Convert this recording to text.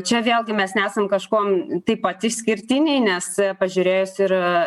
čia vėlgi mes nesam kažkuom taip pat išskirtiniai nes pažiūrėjus ir